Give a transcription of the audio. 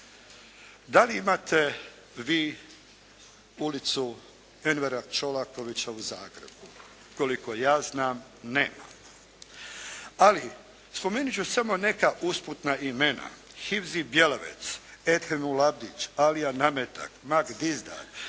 Da li imate vi ulicu Envera Čolakovića u Zagrebu? Koliko ja znam nemamo. Ali, spomenut ću samo neka usputna imena. Hivzi Bjelavec, Edhen Ulabdić, Alija Nametak, Mak Dizdar